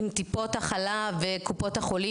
אם טיפות החלב וקופות החולים,